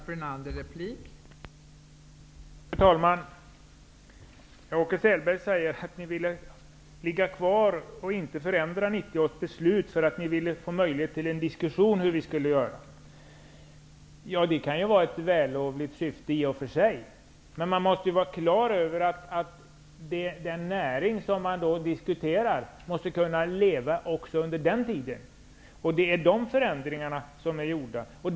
Fru talman! Åke Selberg säger att man inte vill förändra 1990-års beslut för att man vill få möjlighet till en diskussion om hur man skall göra. Det kan i och för sig vara ett vällovligt syfte. Man måste emellertid vara klar över att den näring som man diskuterar måste kunna leva även under denna tid, och det är de förändringar som har gjorts.